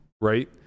Right